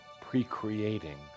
pre-creating